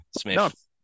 Smith